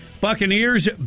Buccaneers